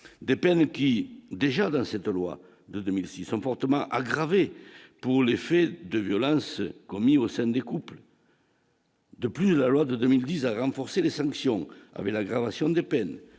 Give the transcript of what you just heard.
des peines qui déjà dans cette loi de 2006 fortement aggravée pour les faits de violence commis au sein des couples. De plus, la loi de 2010 à renforcer les sanctions avec l'aggravation des peines